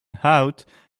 out